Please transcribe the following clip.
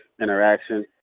interaction